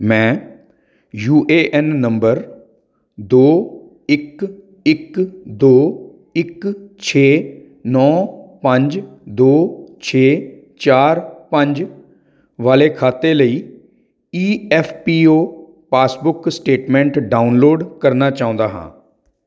ਮੈਂ U A N number ਦੋ ਇੱਕ ਇੱਕ ਦੋ ਇੱਕ ਛੇ ਨੌਂ ਪੰਜ ਦੋ ਛੇ ਚਾਰ ਪੰਜ ਵਾਲੇ ਖਾਤੇ ਲਈ E F P O passbook statement download ਕਰਨਾ ਚਾਹੁੰਦਾ ਹਾਂ